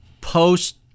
Post